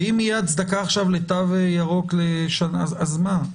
ואם תהיה הצדקה עכשיו לתו ירוק לשנה, אז מה?